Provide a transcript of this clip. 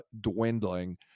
dwindling